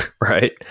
right